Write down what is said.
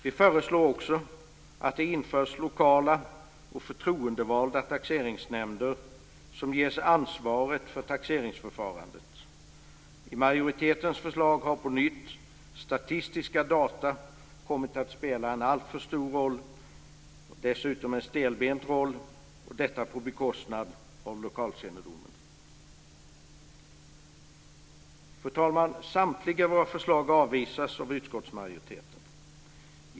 Vi föreslår också att det införs lokala och förtroendevalda taxeringsnämnder som ges ansvaret för taxeringsförfarandet. I majoritetens förslag har statistiska data på nytt kommit att spela en alltför stor roll - dessutom en stelbent roll. Detta på bekostnad av lokalkännedomen. Fru talman! Samtliga våra förslag avvisas av utskottsmajoriteten.